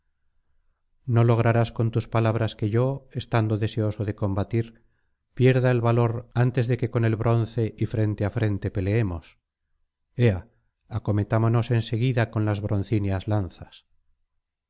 no lograrás con tus palabras que yo estando deseoso de combatir pierda el valor antes de que con el bronce y frente á frente peleemos ea acometámonos en seguida con las broncíneas lanzas